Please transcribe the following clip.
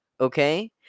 okay